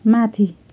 माथि